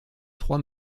trois